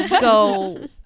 go